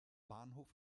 bahnhof